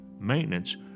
maintenance